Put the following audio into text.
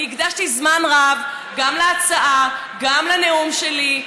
אני הקדשתי זמן רב גם להצעה וגם לנאום שלי.